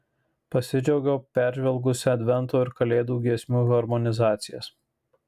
pasidžiaugiau peržvelgusi advento ir kalėdų giesmių harmonizacijas